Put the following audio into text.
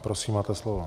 Prosím, máte slovo.